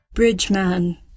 Bridgeman